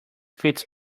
fits